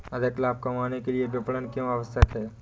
अधिक लाभ कमाने के लिए विपणन क्यो आवश्यक है?